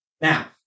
Now